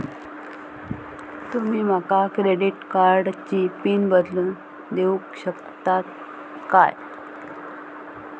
तुमी माका क्रेडिट कार्डची पिन बदलून देऊक शकता काय?